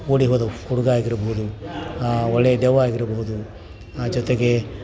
ಓಡಿ ಹೋದ ಹುಡುಗ ಆಗಿರ್ಬೋದು ಒಳ್ಳೆಯ ದೆವ್ವ ಆಗಿರ್ಬಹುದು ಜೊತೆಗೆ